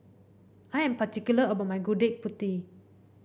I am particular about my Gudeg Putih